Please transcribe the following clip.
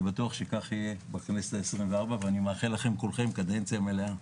אני בטוח שכך יהיה בכנסת ה-24 ואני מאחל לכולכם קדנציה מלאה.